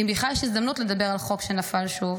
ואם בכלל יש הזדמנות לדבר על חוק שנפל שוב.